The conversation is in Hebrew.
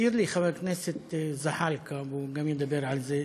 הזכיר לי חבר הכנסת זחאלקה, גם הוא ידבר על זה,